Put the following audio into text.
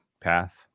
path